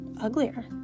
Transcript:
uglier